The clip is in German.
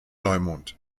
neumond